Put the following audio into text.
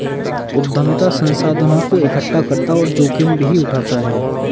उद्यमिता संसाधनों को एकठ्ठा करता और जोखिम भी उठाता है